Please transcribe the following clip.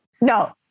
no